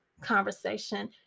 conversation